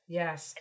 yes